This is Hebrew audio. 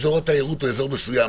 אזור התיירות הוא אזור מסוים.